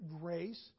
grace